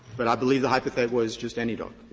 but i believe the hypothet was just any dog.